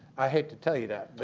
i hate to tell you that.